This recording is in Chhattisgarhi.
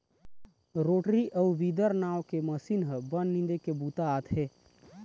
रोटरी अउ वीदर नांव के मसीन ह बन निंदे के बूता आथे